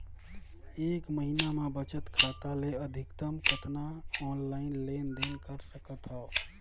एक महीना मे बचत खाता ले अधिकतम कतना ऑनलाइन लेन देन कर सकत हव?